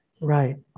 Right